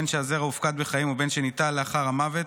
בין שהזרע הופקד בחיים ובין שניטל לאחר המוות,